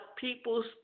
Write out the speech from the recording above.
people's